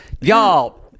Y'all